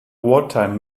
wartime